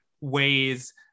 ways